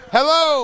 Hello